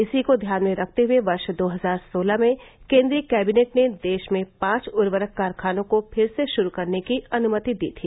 इसी को ध्यान में रखते हुए वर्ष दो हजार सोलह में केन्द्रीय कैबिनेट ने देश में पांच उर्वरक कारखानों को फिर से शुरू करने की अनुमति दी थी